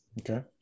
Okay